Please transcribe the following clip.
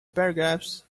paragraphs